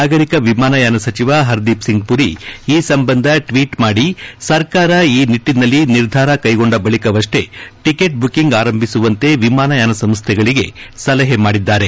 ನಾಗರಿಕ ವಿಮಾನಯಾನ ಸಚಿವ ಹರ್ದಿಪ್ಸಿಂಗ್ ಮರಿ ಈ ಸಂಬಂಧ ಟ್ವೀಟ್ ಮಾಡಿ ಸರ್ಕಾರ ಈ ನಿಟ್ಟನಲ್ಲಿ ನಿರ್ಧಾರ ಕೈಗೊಂಡ ಬಳಿಕವಪ್ಪೆ ಟಿಕೆಟ್ ಬುಕಿಂಗ್ ಆರಂಭಿಸುವಂತೆ ವಿಮಾನಯಾನ ಸಂಸ್ಥೆಗಳಿಗೆ ಸಲಹೆ ಮಾಡಿದ್ದಾರೆ